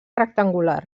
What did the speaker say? rectangular